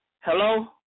Hello